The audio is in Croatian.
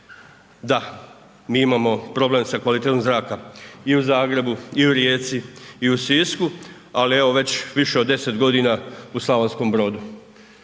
Da, mi imamo problem sa kvalitetom zraka i u Zagrebu i u Rijeci i u Sisku, ali evo već više od 10 godina u Slavonskom Brodu.